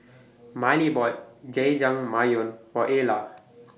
Mylie bought Jajangmyeon For Ala